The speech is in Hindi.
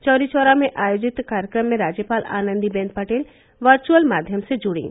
चौरी चौरा में आयोजित कार्यक्रम में राज्यपाल आनंदीबेन पटेल वर्चुअल माध्यम से जुड़ीं